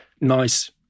nice